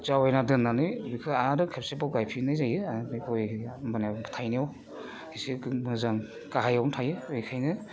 जावायना दोननानै बेखौ आरो खावसेबाव गायफिननाय जायो आर बे गय होमबानिया थाइनायाव एसे मोजां गाहायावनो थायो बेखायनो